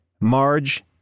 Marge